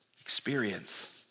experience